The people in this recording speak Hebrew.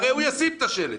הרי תשים את השלט.